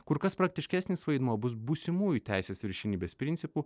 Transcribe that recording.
kur kas praktiškesnis vaidmuo bus būsimųjų teisės viršenybės principų